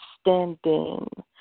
standing